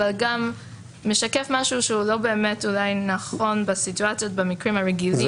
אבל גם משקף משהו שהוא לא באמת נכון בסיטואציות במקרים הרגילים.